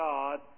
God